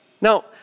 Now